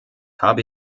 habe